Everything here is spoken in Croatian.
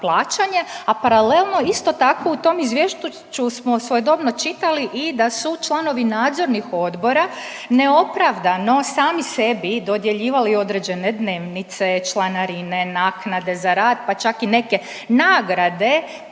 a paralelno isto tako u tom izvješću smo svojedobno čitali i da su članovi nadzornih odbora neopravdano sami sebi dodjeljivali određene dnevnice, članarine, naknade za rad, pa čak i neke nagrade